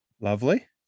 Lovely